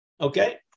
Okay